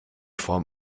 form